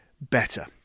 better